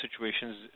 situations